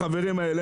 החברים האלה,